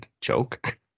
joke